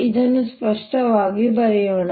ಇದನ್ನು ಸ್ಪಷ್ಟವಾಗಿ ಬರೆಯೋಣ